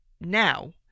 now